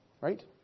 Right